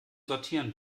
sortieren